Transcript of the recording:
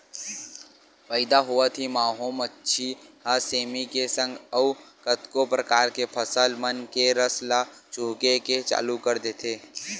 पइदा होवत ही माहो मांछी ह सेमी के संग अउ कतको परकार के फसल मन के रस ल चूहके के चालू कर देथे